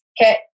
Okay